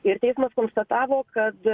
ir teismas konstatavo kad